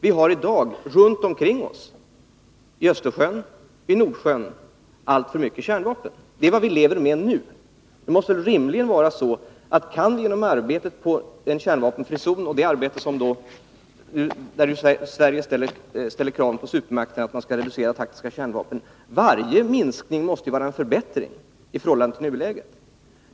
Vi har i dag runt omkring oss — i Östersjön och i Nordsjön — alltför mycket kärnvapen. Det är vad vi lever med nu. Det måste väl rimligen vara så att kan vi arbeta för en kärnvapenfri zon, varvid nu Sverige ställer kravet på supermakterna att de skall reducera sina taktiska kärnvapen, så är varje minskning en förbättring i förhållande till nuläget.